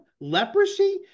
Leprosy